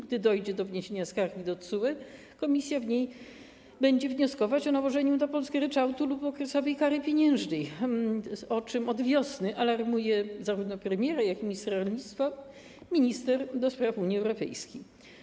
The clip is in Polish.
Gdy dojdzie do wniesienia skargi do TSUE, Komisja będzie w niej wnioskować o nałożenie na Polskę ryczałtu lub okresowej kary pieniężnej, o czym od wiosny alarmuje zarówno premiera, jak i ministra rolnictwa minister ds. Unii Europejskiej.